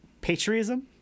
patriotism